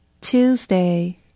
Tuesday